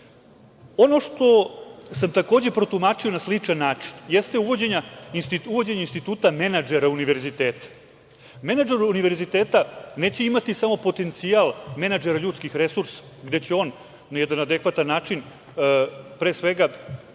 što sam, takođe, protumačio na sličan način jeste uvođenje instituta menadžera univerziteta. Menadžer univerziteta neće imati samo potencijal menadžera ljudskih resursa gde će on na jedan adekvatan način, pre svega, ocenjivati,